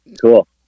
Cool